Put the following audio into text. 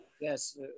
yes